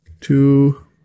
two